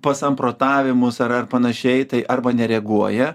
pasamprotavimus ar ar panašiai tai arba nereaguoja